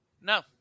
No